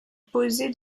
poser